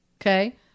Okay